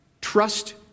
trust